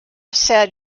sad